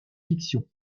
fictions